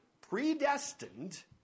predestined